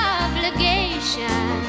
obligation